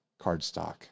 cardstock